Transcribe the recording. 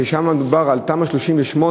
שבה דובר על תמ"א 38,